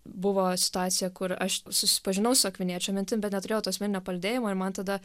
buvo situacija kur aš susipažinau su akviniečio mintim bet neturėjau to asmeninio palydėjimo ir man tada